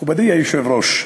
מכובדי היושב-ראש,